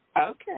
Okay